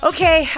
Okay